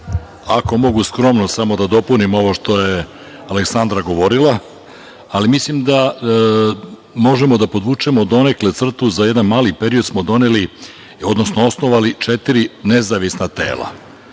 Ako mogu skromno da dopunim ovo što je Aleksandra govorila. Mislim da možemo da podvučemo donekle crtu. Za jedan mali period smo doneli, odnosno osnovali četiri nezavisna tela.